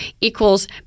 equals